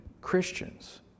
Christians